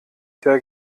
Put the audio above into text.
der